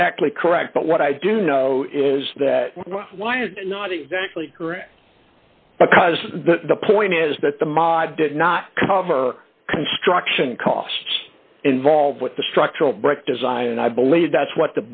exactly correct but what i do know is that why is not exactly correct because the point is that the ma did not cover construction costs involved with the structural brake design and i believe that's what